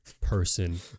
person